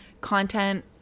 content